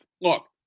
look